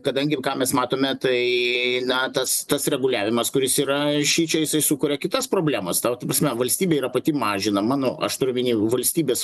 kadangi ką mes matome tai na tas tas reguliavimas kuris yra šičia jisai sukuria kitas problemas tau ta prasme valstybė yra pati mažinama nu aš turiu omeny valstybės